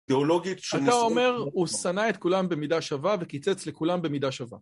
תיאולוגית, שנס... אתה אומר, הוא שנא את כולם במידה שווה וקיצץ לכולם במידה שווה